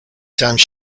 times